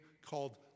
called